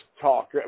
talk